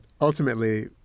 ultimately